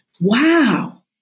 Wow